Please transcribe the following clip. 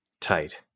Tight